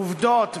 עובדות,